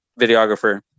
videographer